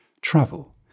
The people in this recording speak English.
travel